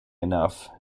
enough